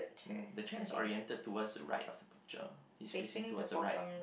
mm the chair is oriented towards the right of the picture it's facing towards the right